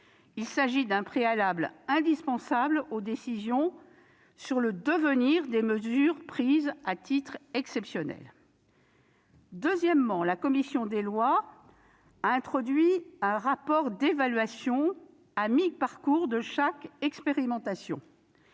Il s'agit d'un préalable indispensable aux décisions sur le devenir des mesures prises à titre exceptionnel. Ensuite, la commission des lois a introduit un rapport d'évaluation à mi-parcours de chaque expérimentation.